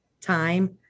time